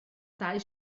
dau